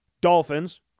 Dolphins